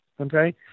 okay